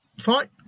fine